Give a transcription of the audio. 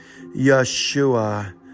Yeshua